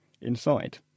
inside